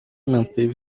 manteve